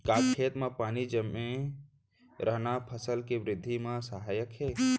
का खेत म पानी जमे रहना फसल के वृद्धि म सहायक हे?